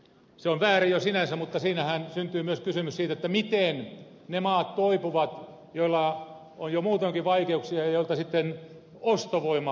se on väärin jo sinänsä mutta siinähän syntyy myös kysymys siitä miten ne maat toipuvat joilla on jo muutoinkin vaikeuksia ja joilta sitten ostovoima leikataan alas